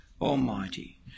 almighty